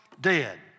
dead